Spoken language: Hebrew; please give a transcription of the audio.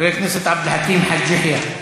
חבר הכנסת עבד אל חכים חאג' יחיא,